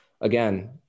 again